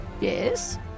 Yes